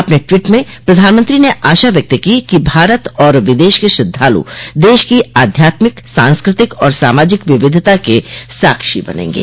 अपने टवीट में प्रधानमंत्री ने आशा व्यक्त की कि भारत आर विदेश के श्रद्वालु देश की आध्यात्मिक सांस्कृतिक और सामाजिक विविधता के साक्षी बनेंगे